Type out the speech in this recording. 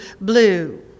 blue